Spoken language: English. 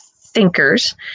thinkers